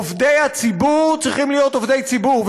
עובדי הציבור צריכים להיות עובדי ציבור,